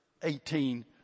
18